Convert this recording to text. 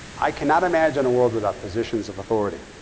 i cannot imagine a world without positions of authority.